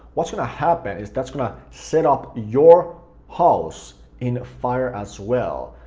what's gonna happen is that's gonna set up your house in fire as well.